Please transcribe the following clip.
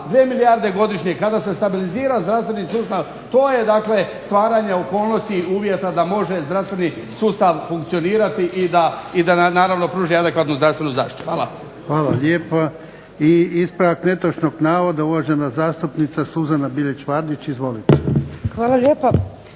2 milijarde godišnje, kada se stabilizira zdravstveni sustav to je dakle stvaranje okolnosti i uvjeta da može zdravstveni sustav funkcionirati i da nam naravno pruži adekvatnu zdravstvenu zaštitu. Hvala. **Jarnjak, Ivan (HDZ)** Hvala lijepa. I ispravak netočnog navoda, uvažena zastupnica Suzana Bilić Vardić. Izvolite. **Bilić